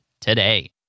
today